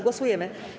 Głosujemy.